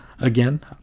Again